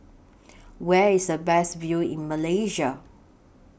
Where IS The Best View in Malaysia